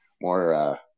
more